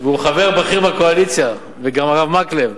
הוא חבר בכיר בקואליציה, גם הרב מקלב.